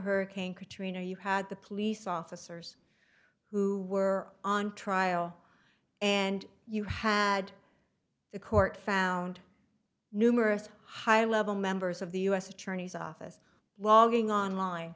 hurricane katrina you had the police officers who were on trial and you had the court found numerous high level members of the u s attorney's office logging on line